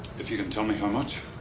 if you can tell me how much?